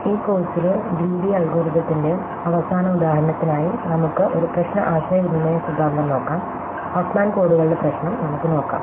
ഈ കോഴ്സിലെ ഗ്രീടി അല്ഗോരിതത്തിന്റെ അവസാന ഉദാഹരണത്തിനായി നമുക്ക് ഒരു പ്രശ്ന ആശയവിനിമയ സിദ്ധാന്തം നോക്കാം ഹഫ്മാൻ കോഡുകളുടെ പ്രശ്നം നമ്മുക്ക് നോക്കാം